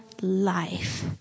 life